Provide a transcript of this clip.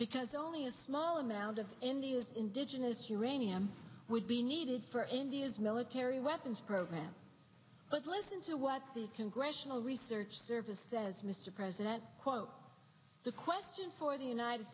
because only a small amount of indigenous uranium would be needed for india's military weapons program but listen to what the congressional research service says mr president quote the question for the united